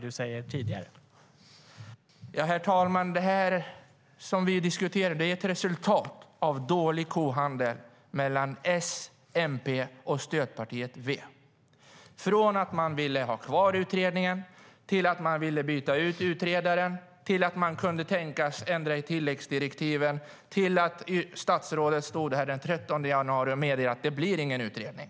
Herr talman! Det som vi diskuterar är ett resultat av dålig kohandel mellan S, MP och stödpartiet V - från att man ville ha kvar utredningen till att man ville byta ut utredaren, till att man kunde tänka sig att ändra i tilläggsdirektiven och till att statsrådet stod här den 13 januari och meddelade att det inte blir någon utredning.